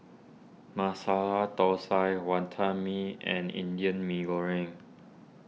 Masala Thosai Wonton Mee and Indian Mee Goreng